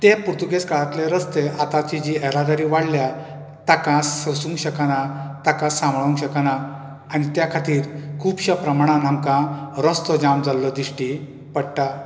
ते पुर्तूगेज काळांतले रस्ते आताची जी एरादारी वाडल्या ताका सोसूंक शकना ताका सांबाळूक शकना आनी त्या खातीर खुबश्या प्रमाणांत आमकां रस्तो जाम जाल्लो दिश्टी पडटा